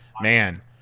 man –